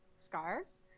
scars